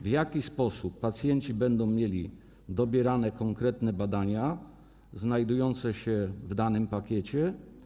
W jaki sposób pacjenci będą mieli dobierane konkretne badania znajdujące się w danym pakiecie?